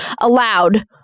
allowed